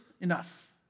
enough